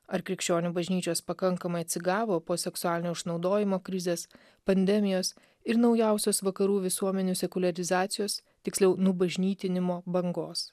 ar krikščionių bažnyčios pakankamai atsigavo po seksualinio išnaudojimo krizės pandemijos ir naujausios vakarų visuomenių sekuliarizacijos tiksliau nubažnytinimo bangos